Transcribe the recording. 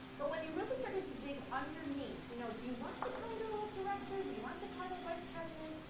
but when you really started to dig underneath, you know, do you want the title of director, do you want the title of vice president,